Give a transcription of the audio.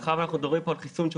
מאחר ואנחנו מדברים פה על חיסון שהוא